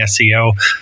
SEO